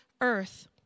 earth